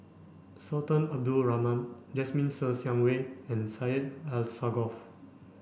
Sultan Abdul Rahman Jasmine Ser Xiang Wei and Syed Alsagoff